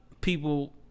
people